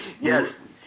Yes